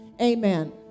amen